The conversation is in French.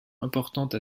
importante